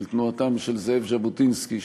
של תנועתם של זאב ז'בוטינסקי,